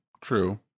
True